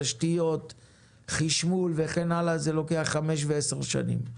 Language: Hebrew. תשתיות כבדות יותר מתפרסות על פני חמש שנים לפחות.